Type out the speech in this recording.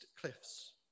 cliffs